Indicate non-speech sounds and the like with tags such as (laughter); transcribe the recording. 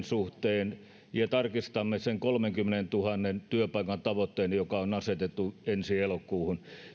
(unintelligible) suhteen ja tarkistamme sen kolmenkymmenentuhannen työpaikan tavoitteen joka on asetettu ensi elokuuhun